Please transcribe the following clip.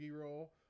roll